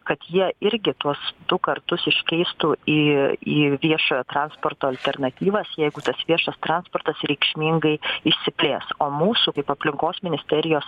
kad jie irgi tuos du kartus iškeistų į į viešojo transporto alternatyvas jeigu tas viešas transportas reikšmingai išsiplės o mūsų kaip aplinkos ministerijos